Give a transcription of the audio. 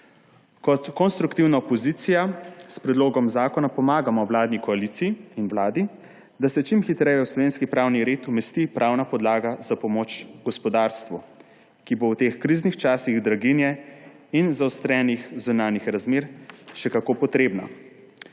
Kot konstruktivna opozicija s predlogom zakona pomagamo vladni koaliciji in Vladi, da se čim hitreje v slovenski pravni red umesti pravna podlaga za pomoč gospodarstvu, ki bo v teh kriznih časih draginje in zaostrenih zunanjih razmer še kako potrebna.